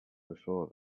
before